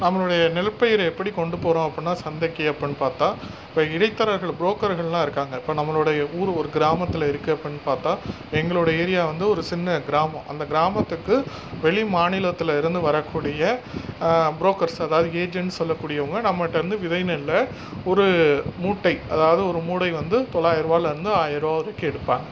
நம்மளுடைய நெல்பயிரை எப்படி கொண்டு போகிறோம் அப்படின்னா சந்தைக்கு அப்படினு பார்த்தா இப்போ இடைத்தரகர்கள் புரோக்கர்கள்லாம் இருக்காங்க இப்போ நம்மளுடைய ஊர் ஒரு கிராமத்தில் இருக்குது அப்படின்னு பார்த்தா எங்களுடைய ஏரியா வந்து ஊர் ஒரு சின்ன கிராமம் அந்த கிராமத்துக்கு வெளி மாநிலத்தில் இருந்து வரக்கூடிய புரோக்கர்ஸ் அதாவது ஏஜென்ட்ஸ் சொல்லக்கூடியவங்க நம்பள்கிட்டேந்து விதை நெல்லை ஒரு மூட்டை அதாவது ஒரு மூட்டை வந்து தொள்ளாயிருவாலேர்ந்து ஆயிருவா வரைக்கும் எடுப்பார்